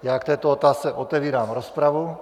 Já k této otázce otevírám rozpravu.